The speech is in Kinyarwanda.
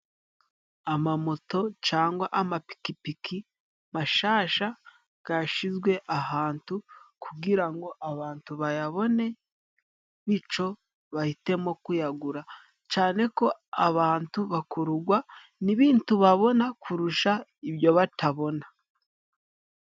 Amamoto cangwa amapikipiki mashasha gashizwe ahantu kugira ngo abantu bayabone bico bahitemo kuyagura cane ko abantu bakururwa n'ibintu babona kurusha ibyo batabona.